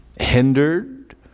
hindered